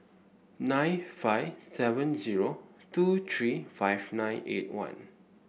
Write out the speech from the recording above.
nine five seven zero two three five nine eight one